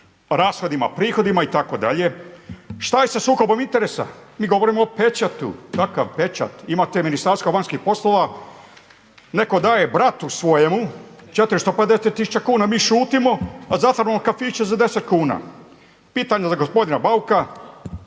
rashodima, prihodima itd. Šta je sa sukobom interesa? Mi govorimo o pečatu. Kakav pečat? Imate Ministarstvo vanjskih poslova, neko daje bratu svojemu 450 tisuća kuna mi šutimo, a zatvaramo kafiće za 10 kuna. Pitanje za gospodina Bauka,